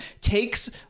takes